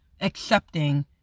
accepting